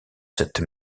sept